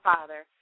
Father